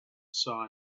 saw